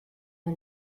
der